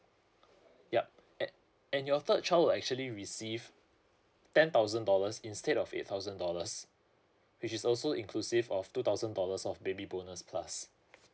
yup at and your third child will actually receive ten thousand dollars instead of eight thousand dollars which is also inclusive of two thousand dollars of baby bonus plus